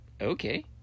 Okay